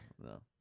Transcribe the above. no